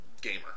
gamer